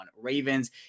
Ravens